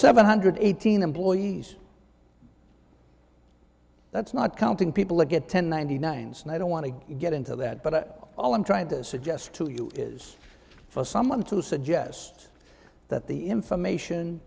seven hundred eighteen employees that's not counting people that get ten ninety nine snow i don't want to get into that but all i'm trying to suggest to you is for someone to suggest that the information